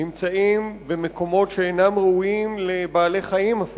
נמצאים במקומות שאינם ראויים אפילו לבעלי-חיים,